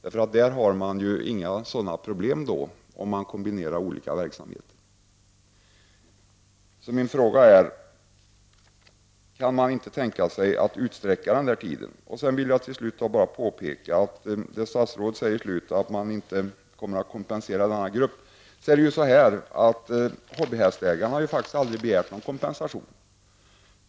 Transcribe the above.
Man får inga sådana problem om man kombinerar olika verksamheter. Min fråga är således om man inte kan tänka sig att utsträcka tiden. Till slut vill jag bara kommentera det statsrådet sade i slutet av svaret om man inte kommer att kompensera denna grupp. Hobbyhästägarna har faktiskt aldrig begärt kompensation.